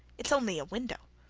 it's only a window.